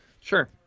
Sure